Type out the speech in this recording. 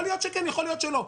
יכול להיות שכן, יכול להיות שלא.